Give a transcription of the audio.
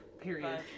Period